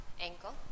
ankle